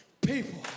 people